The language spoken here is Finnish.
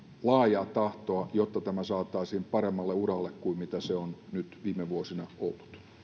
laajaa tahtoa jotta tämä saataisiin paremmalle uralle kuin mitä se on nyt viime vuosina